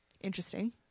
interesting